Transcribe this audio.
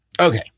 Okay